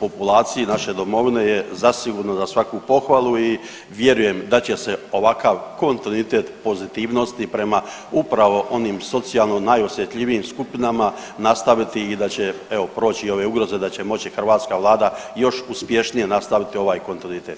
populaciji naše Domovine je zasigurno za svaku pohvalu i vjerujem da će se ovakav kontinuitet pozitivnosti prema upravo onim socijalno najosjetljivijim skupinama nastaviti i da će evo proći i ove ugroze, da će moći hrvatska Vlada još uspješnije nastaviti ovaj kontinuitet.